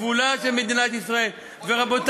כגבולה של מדינת ישראל, לא נכון.